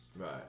Right